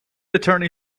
attorney